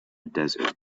desert